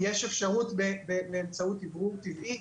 אם יש אפשרות באמצעות אוורור טבעי,